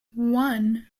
one